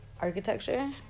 Architecture